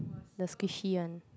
the squishy one